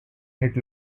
hit